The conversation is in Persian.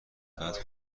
بعد